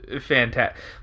fantastic